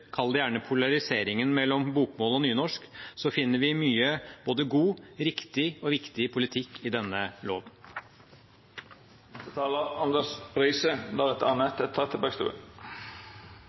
kall det gjerne – polariseringen mellom bokmål og nynorsk, finner vi mye både god, riktig og viktig politikk i denne loven.